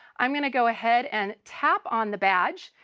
i'm going to go ahead and tap on the badge,